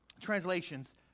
translations